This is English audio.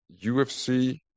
UFC